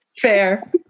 Fair